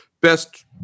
best